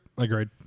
Agreed